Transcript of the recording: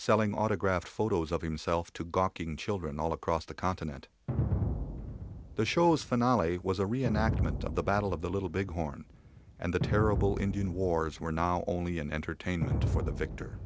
selling autographed photos of himself to gawking children all across the continent the show's finale was a reenactment of the battle of the little big horn and the terrible indian wars were now only an entertainment for the victor